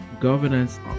governance